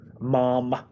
mom